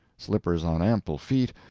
slippers on ample feet,